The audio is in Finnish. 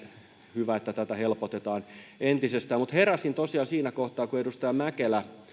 hyvä että tätä helpotetaan entisestään heräsin tosiaan siinä kohtaa kun edustaja outi mäkelä